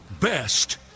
Best